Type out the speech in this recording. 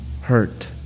hurt